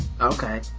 Okay